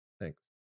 Thanks